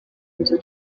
nzu